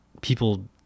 people